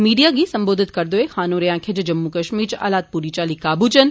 media गी संबोधित करदे होई खान होरें आक्खेआ जे जम्मू कश्मीर इच हालात पूरी चाल्ली काबू इच न